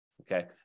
Okay